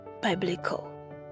biblical